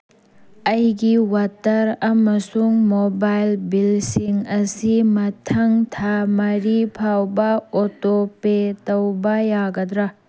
ꯑꯩꯒꯤ ꯋꯥꯇꯔ ꯑꯃꯁꯨꯡ ꯃꯣꯕꯥꯏꯜ ꯕꯤꯜꯁꯤꯡ ꯑꯁꯤ ꯃꯊꯪ ꯊꯥ ꯃꯔꯤ ꯐꯥꯎꯕ ꯑꯣꯇꯣ ꯄꯦ ꯇꯧꯕ ꯌꯥꯒꯗ꯭ꯔꯥ